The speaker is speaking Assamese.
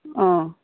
অঁ